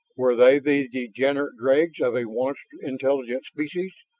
were they the degenerate dregs of a once intelligent species?